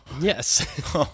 Yes